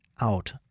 out